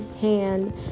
hand